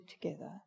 together